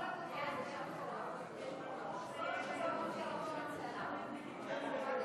ההצעה להעביר את הצעת חוק התכנון והבנייה (תיקון,